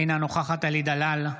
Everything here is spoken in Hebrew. אינה נוכחת אלי דלל,